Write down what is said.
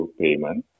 payment